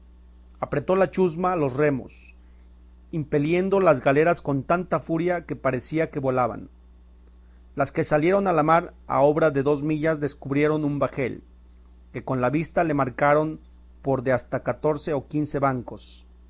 apretó la chusma los remos impeliendo las galeras con tanta furia que parecía que volaban las que salieron a la mar a obra de dos millas descubrieron un bajel que con la vista le marcaron por de hasta catorce o quince bancos